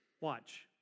Watch